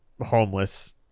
homeless